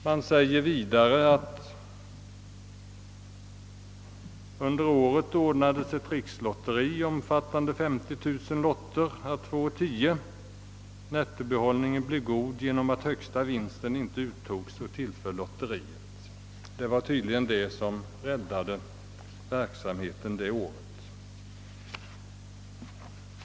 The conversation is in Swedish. Man säger också att under året ordnades ett rikslotteri, omfattande 50 000 lotter å 2:10 och att nettobehållningen blev god genom att högsta vinsten inte uttogs och därför tillföll lotteriet. Det var tydligen det som räddade verksamheten det året.